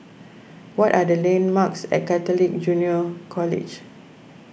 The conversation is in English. what are the landmarks at Catholic Junior College